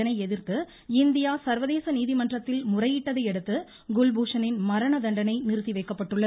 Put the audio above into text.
இதனை எதிர்த்து இந்தியா சர்வதேச நீதிமன்றத்தில் முறையிட்டதை அடுத்து குல்பூஷனின் மரண தண்டனை நிறுத்தி வைக்கப்பட்டுள்ளது